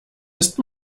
ist